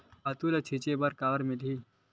खातु ल छिंचे बर काबर मिलही?